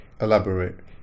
Elaborate